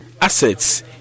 Assets